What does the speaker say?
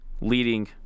leading